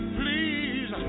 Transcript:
please